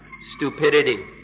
stupidity